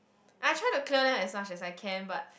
I try to clear them as much as I can but